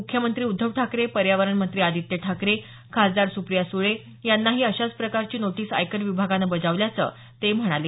मुख्यमंत्री उद्धव ठाकरे पर्यावरण मंत्री आदित्य ठाकरे खासदार सुप्रिया सुळे यांनाही अशाच प्रकारची नोटीस आयकर विभागानं बजावल्याचं ते म्हणाले